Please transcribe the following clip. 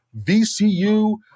VCU